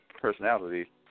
personality